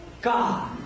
God